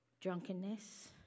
drunkenness